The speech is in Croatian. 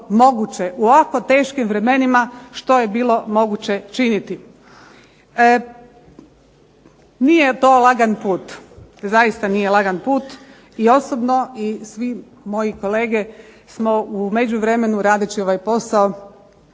u ovako teškim vremenima što je bilo moguće činiti. Nije to lagan put, zaista nije lagan put. I osobno i svi moji kolege smo u međuvremenu radeći ovaj posao